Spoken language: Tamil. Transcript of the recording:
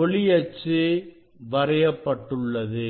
ஒளி அச்சு வரையப்பட்டுள்ளது